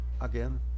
again